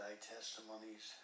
testimonies